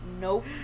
nope